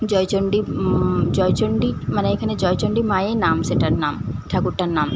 জয়চণ্ডী জয়চণ্ডী মানে এখানে জয়চণ্ডী মায়ই নাম সেটার নাম ঠাকুরটার নাম